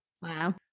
Wow